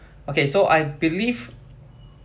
okay so I believe